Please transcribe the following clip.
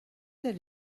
that